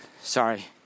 Sorry